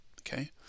Okay